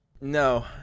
no